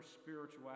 spirituality